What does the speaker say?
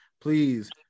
Please